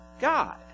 God